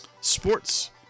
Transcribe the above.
sports